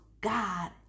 God